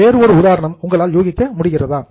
வேறு ஒரு உதாரணம் உங்களால் யூகிக்க முடிகிறதா